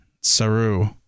Saru